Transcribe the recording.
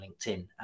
LinkedIn